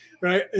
right